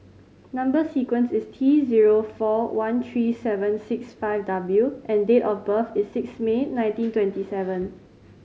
number sequence is T zero four one three seven six five W and date of birth is six May nineteen twenty seven